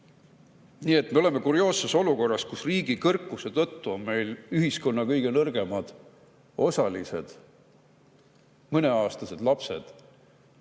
Nii et me oleme kurioosses olukorras, kus riigi kõrkuse tõttu on meil ühiskonna kõige nõrgemad osalised, mõneaastased lapsed,